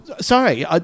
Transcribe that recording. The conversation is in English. sorry